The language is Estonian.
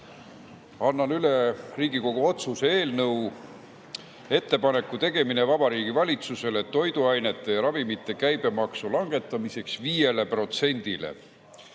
Annan üle Riigikogu otsuse "Ettepaneku tegemine Vabariigi Valitsusele toiduainete ja ravimite käibemaksu langetamiseks 5 protsendile"